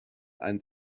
einen